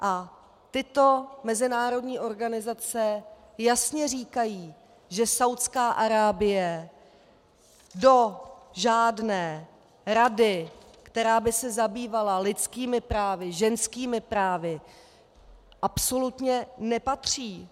A tyto mezinárodní organizace jasně říkají, že Saúdská Arábie do žádné rady, která by se zabývala lidskými právy, ženskými právy absolutně nepatří.